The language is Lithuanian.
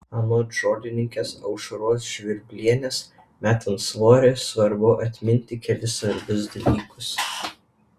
anot žolininkės aušros žvirblienės metant svorį svarbu atminti kelis svarbius dalykus